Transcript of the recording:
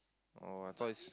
oh I thought is